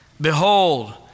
behold